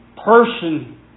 person